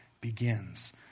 begins